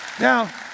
Now